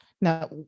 Now